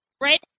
red